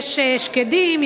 יש שקדים,